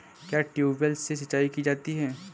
क्या ट्यूबवेल से सिंचाई की जाती है?